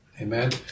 Amen